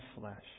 flesh